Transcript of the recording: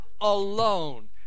alone